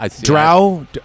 Drow